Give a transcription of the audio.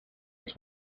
its